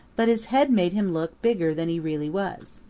but his head made him look bigger than he really was.